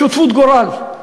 שותפות גורל,